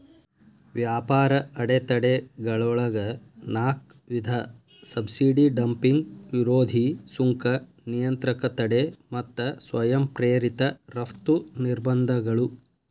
ವ್ಯಾಪಾರ ಅಡೆತಡೆಗಳೊಳಗ ನಾಕ್ ವಿಧ ಸಬ್ಸಿಡಿ ಡಂಪಿಂಗ್ ವಿರೋಧಿ ಸುಂಕ ನಿಯಂತ್ರಕ ತಡೆ ಮತ್ತ ಸ್ವಯಂ ಪ್ರೇರಿತ ರಫ್ತು ನಿರ್ಬಂಧಗಳು